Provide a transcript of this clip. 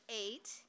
eight